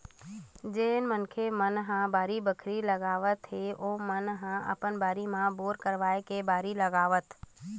जेन मनखे मन ह बाड़ी बखरी लगाथे ओमन ह अपन बारी म बोर करवाके बारी लगावत